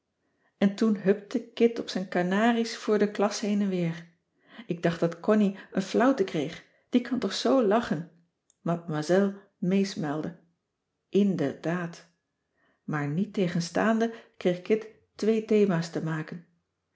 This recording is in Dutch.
en toen hupte kit op zijn kanariesch vor de klas heen en weer ik dacht dat connie een flauwte kreeg die kan toch zoo lachen mademoiselle meesmuilde inderdaad maar niettegenstaande kreeg kit twee thema's te maken